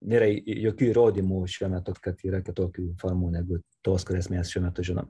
nėra jokių įrodymų šiuo metu kad yra kitokių formų negu tos kurias mes šiuo metu žinom